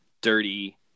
dirty